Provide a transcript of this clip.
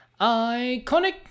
iconic